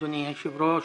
אדוני היושב-ראש,